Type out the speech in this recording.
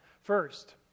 First